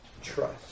trust